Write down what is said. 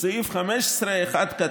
בסעיף 15(1),